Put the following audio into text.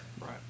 Right